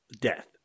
death